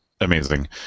Amazing